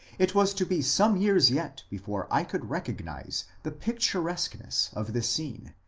it was to be some years yet before i could recognize the picturesqueness of the scene,